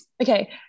Okay